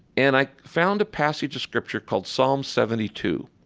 and i found a passage of scripture called psalm seventy two.